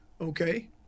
Okay